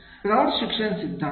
प्रौढ शिक्षण सिद्धांत